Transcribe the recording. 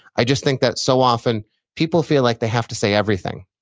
i just think that so often people feel like they have to say everything,